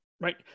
Right